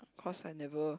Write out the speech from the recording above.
cause I never